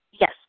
Yes